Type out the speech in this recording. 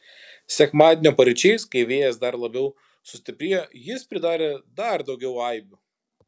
sekmadienio paryčiais kai vėjas dar labiau sustiprėjo jis pridarė dar daugiau aibių